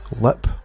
lip